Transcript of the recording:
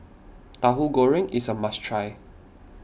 Tahu Goreng is a must try